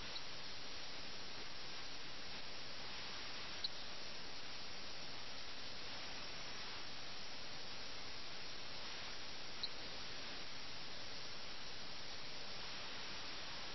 പ്രേംചന്ദ് ഇത് പത്തൊൻപതാം നൂറ്റാണ്ടിലെ ലഖ്നൌവിന്റെ സാങ്കൽപ്പിക പ്രതിപാദനത്തെ കുറിച്ച് ആണ് പറഞ്ഞിരിക്കുന്നത് എന്ന് നാം ഓർക്കണം